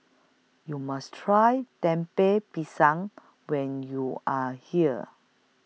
YOU must Try Temper Pisang when YOU Are here